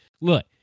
Look